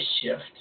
shift